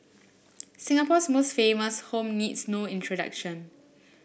Singapore's most famous home needs no introduction